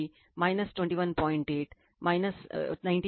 2o ampere ಅನ್ನು ಪಡೆಯುತ್ತದೆ